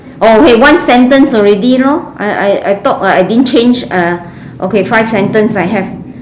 oh okay one sentence already lor I I I talk I didn't change ah okay five sentence I have